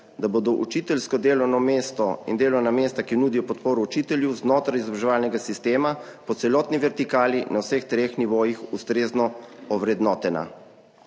da bodo učiteljsko delovno mesto in delovna mesta, ki nudijo podporo učitelju znotraj izobraževalnega sistema po celotni vertikali na vseh treh nivojih ustrezno ovrednotena.